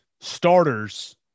starters